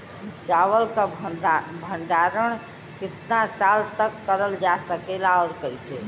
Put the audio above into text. चावल क भण्डारण कितना साल तक करल जा सकेला और कइसे?